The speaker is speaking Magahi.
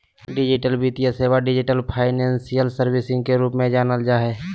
डिजिटल वित्तीय सेवा, डिजिटल फाइनेंशियल सर्विसेस के रूप में जानल जा हइ